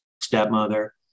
stepmother